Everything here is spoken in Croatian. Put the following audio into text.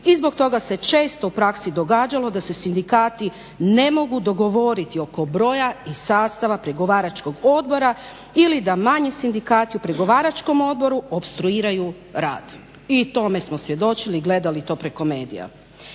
i zbog toga se često u praksi događalo da se sindikati ne mogu dogovoriti oko broja i sastava pregovaračkog odbora ili da manji sindikati u pregovaračkom odboru opstruiraju rad i tome smo svjedočili, gledali to preko medija.